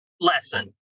lesson